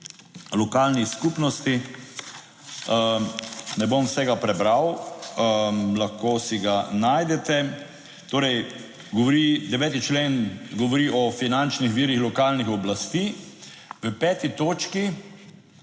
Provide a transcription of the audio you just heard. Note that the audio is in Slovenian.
lokalnih skupnosti. Ne bom vsega prebral, lahko si ga najdete, Torej govori, 9. člen govori o finančnih virih lokalnih oblasti, v 5. točki.